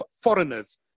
foreigners